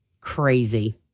Crazy